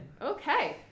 Okay